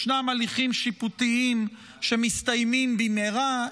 ישנם הליכים שיפוטיים שמסתיימים במהרה,